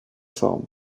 formes